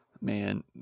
Man